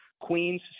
Queens